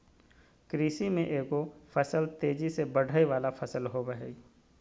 कृषि में एगो फसल तेजी से बढ़य वला फसल होबय हइ